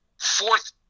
fourth